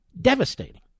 devastating